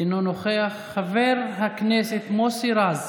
אינו נוכח, חבר הכנסת מוסי רז,